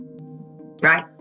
right